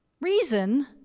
reason